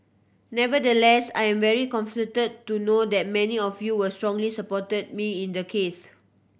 nevertheless I am very comforted to know that many of you were strongly support me in the case